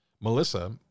Melissa